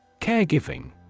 Caregiving